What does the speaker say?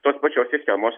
tos pačios sistemos